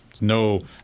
no